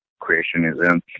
creationism